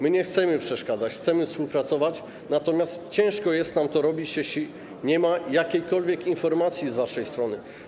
My nie chcemy przeszkadzać, chcemy współpracować, natomiast ciężko jest nam to robić, jeśli nie ma jakiejkolwiek informacji z waszej strony.